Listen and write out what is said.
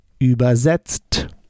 Übersetzt